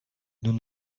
nous